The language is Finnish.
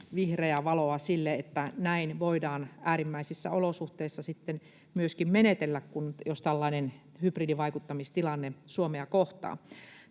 vihreää valoa sille, että näin voidaan äärimmäisissä olosuhteissa myöskin menetellä, jos tällainen hybridivaikuttamistilanne Suomea kohtaa.